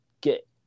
get